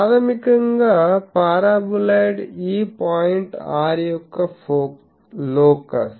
ప్రాథమికంగా పారాబొలాయిడ్ ఈ point r యొక్క లోకస్